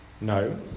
No